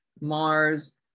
Mars